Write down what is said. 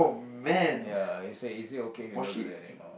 ya it said is it okay if you don't do that anymore